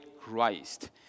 Christ